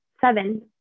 seven